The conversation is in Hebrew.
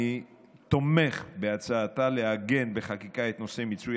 אני תומך בהצעתה לעגן בחקיקה את נושא מיצוי